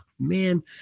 man